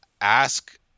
ask